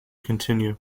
continue